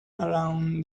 around